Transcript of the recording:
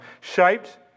shaped